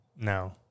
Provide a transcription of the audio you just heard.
No